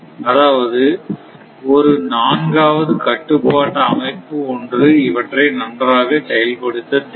அதாவது ஒரு நான்காவது கட்டுப்பாட்டு அமைப்பு ஒன்று இவற்றை நன்றாக செயல்படுத்த தேவை